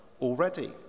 already